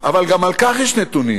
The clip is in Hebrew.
אבל גם על כך יש נתונים